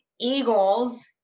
Eagles